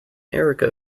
erica